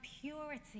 purity